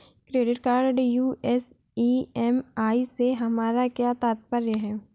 Credit card US EMI से हमारा क्या तात्पर्य है?